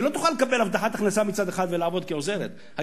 היא לא תוכל לקבל הבטחת הכנסה מצד אחד ולעבוד כעוזרת מצד שני.